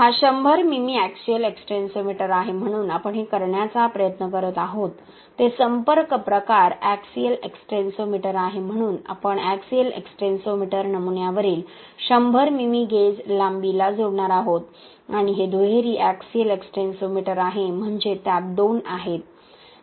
हा 100 मिमी axial extensometer आहे म्हणून आपण हे करण्याचा प्रयत्न करत आहोत ते संपर्क प्रकार एक्सीयल एक्सटेन्सोमीटर आहे म्हणून आपण एक्सीयल एक्सटेन्सोमीटर नमुन्यावरील 100 मिमी गेज लांबीला जोडणार आहोत आणि हे दुहेरी एक्सीयल एक्सटेन्सोमीटर आहे म्हणजे त्यात दोन आहेत